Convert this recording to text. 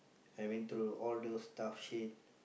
I've been through all those tough shit